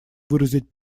выразить